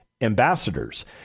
ambassadors